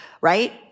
right